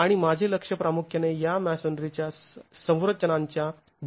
आणि माझे लक्ष प्रामुख्याने या मॅसोनरीच्या संरचणांच्या भूकंप प्रतिसादाच्या दृष्टिकोनातून आहे